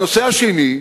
הנושא השני,